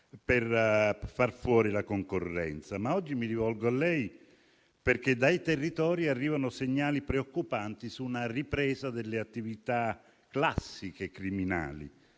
per far fuori la concorrenza. Oggi mi rivolgo a lei perché dai territori arrivano segnali preoccupanti su una ripresa delle attività classiche criminali.